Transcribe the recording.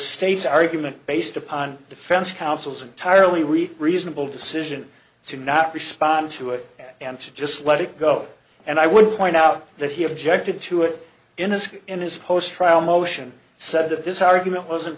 state's argument based upon defense counsel's entirely weak reasonable decision to not respond to it and to just let it go and i would point out that he objected to it in his in his post trial motion said that this argument wasn't